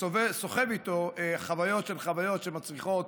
סוחב איתו חוויות על חווית שמצריכות